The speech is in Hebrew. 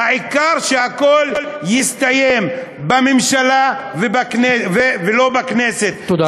העיקר שהכול יסתיים בממשלה ולא בכנסת, תודה רבה.